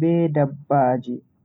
be dabbaaji.